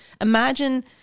Imagine